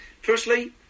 Firstly